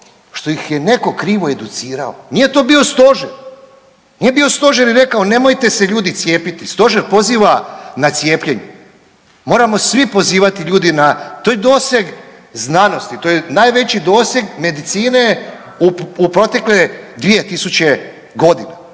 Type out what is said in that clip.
što ih je netko krivo educirao. Nije to bio stožer, nije bio stožer i rekao nemojte se ljudi cijepiti, stožer poziva na cijepljenje. Moramo svi pozivati ljude na, to je doseg znanosti, to je najveći doseg medicine u protekle 2000.g., a